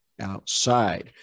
outside